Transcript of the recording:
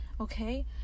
okay